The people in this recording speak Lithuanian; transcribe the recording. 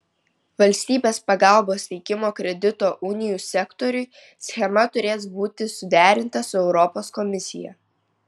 valstybės pagalbos teikimo kredito unijų sektoriui schema turės būti suderinta su europos komisija